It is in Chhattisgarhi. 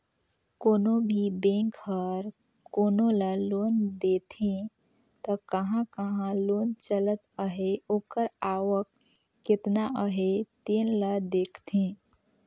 कोनो भी बेंक हर कोनो ल लोन देथे त कहां कहां लोन चलत अहे ओकर आवक केतना अहे तेन ल देखथे